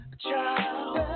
child